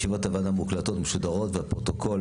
ישיבות הוועדה מוקלטות ומשודרות והפרוטוקול